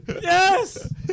Yes